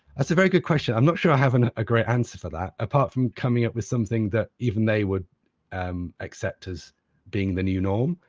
that's a very good question. i'm not sure i have and a great answer to that apart from coming up with something that even they would um accept as being the new norm,